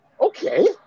okay